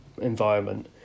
environment